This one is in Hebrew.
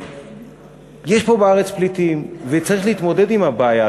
יש פה בארץ פליטים וצריך להתמודד עם הבעיה,